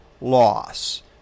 loss